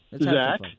Zach